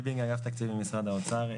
אני מאגף תקציבים, משרד האוצר.